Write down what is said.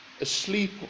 asleep